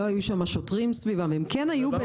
לא היו שם שוטרים סביבם, הם כן היו באזור.